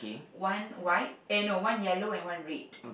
one white and a one yellow and one red